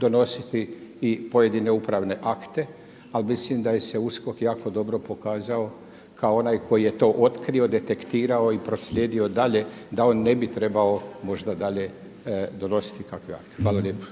donositi i pojedine upravne akte ali mislim da je se USKOK jako dobro pokazao kao onaj koji je to otkrio, detektirao i proslijedio dalje da on ne bi trebao možda dalje donositi ikakve akte. Hvala lijepo.